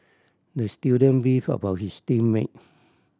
the student beefed about his team mate